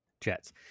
jets